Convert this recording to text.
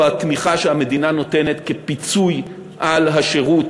התמיכה שהמדינה נותנת כפיצוי על השירות.